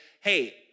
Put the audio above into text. hey